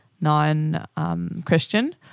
non-Christian